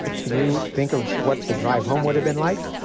ah can you think of what the drive home would have been like?